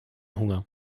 hunger